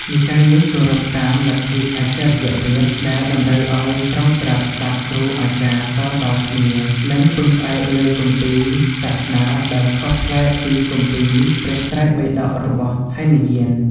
និកាយនេះគោរពតាម លទ្ធិអាចរិយវាទ ដែលតម្រូវឱ្យត្រងត្រាប់ស្តាប់គ្រូអាចារ្យតៗគ្នា និងពឹងផ្អែកលើគម្ពីរសាសនាដែលខុសប្លែកពីគម្ពីរព្រះត្រៃបិដករបស់ហីនយាន។